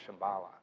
Shambhala